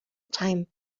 time